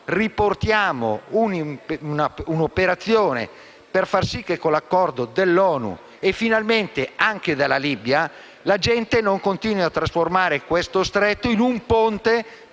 intento originario, per far sì che, con l'accordo dell'ONU e finalmente anche della Libia, non si continui a trasformare questo Stretto in un ponte,